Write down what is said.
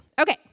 Okay